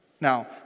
Now